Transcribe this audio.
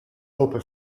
open